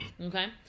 okay